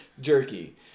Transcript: jerky